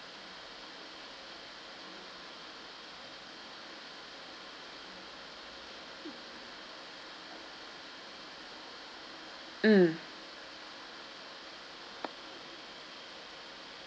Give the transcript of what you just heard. mm